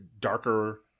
darker